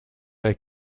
est